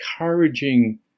encouraging